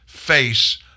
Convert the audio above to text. face